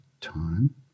time